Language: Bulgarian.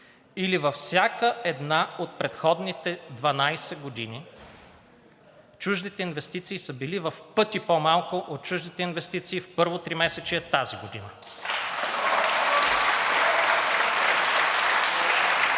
Или във всяка една от предходните 12 години чуждите инвестиции са били в пъти по-малко от чуждите инвестиции в първо тримесечие тази година.